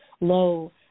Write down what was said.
Low